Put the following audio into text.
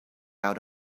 out